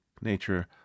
nature